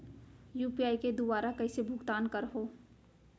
UPI के दुवारा कइसे भुगतान करहों?